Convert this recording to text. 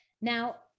Now